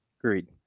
Agreed